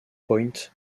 point